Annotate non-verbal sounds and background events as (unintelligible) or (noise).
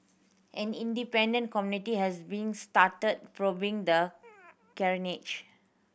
an independent committee has been started probing the (unintelligible)